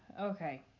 okay